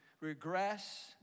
regress